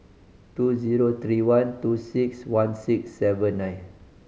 two zero three one two six one six seven nine